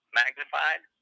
magnified